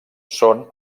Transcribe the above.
són